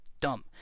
Dumb